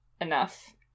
enough